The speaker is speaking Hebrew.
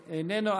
איננו.